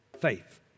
faith